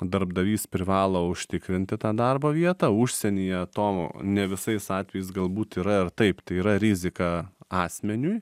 darbdavys privalo užtikrinti tą darbo vietą užsienyje to ne visais atvejais galbūt yra ir taip tai yra rizika asmeniui